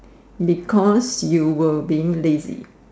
because you were being lazy